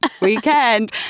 weekend